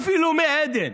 ואפילו מי עדן